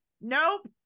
nope